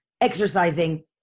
exercising